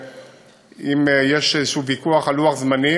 ואם יש איזה ויכוח על לוח זמנים,